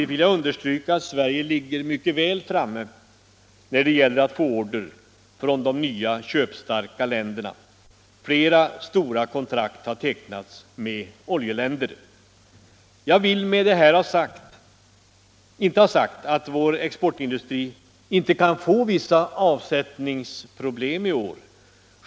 Jag vill också understryka att Sverige ligger mycket väl framme när det gäller att få order från de nya köpstarka länderna. Flera stora kontrakt har tecknats med oljeländer. Med detta vill jag inte ha sagt att vår exportindustri inte kan få vissa avsättningsproblem i år.